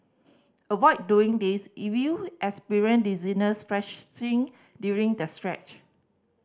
avoid doing this if you experience dizziness fresh thing during the stretch